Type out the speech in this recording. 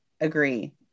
agree